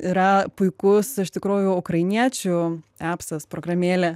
yra puikus iš tikrųjų ukrainiečių apsas programėlė